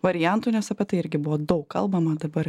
variantų nes apie tai irgi buvo daug kalbama dabar